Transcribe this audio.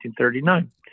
1939